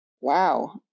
wow